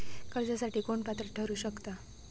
कर्जासाठी कोण पात्र ठरु शकता?